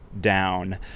down